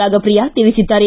ರಾಗಪ್ರಿಯಾ ತಿಳಿಸಿದ್ದಾರೆ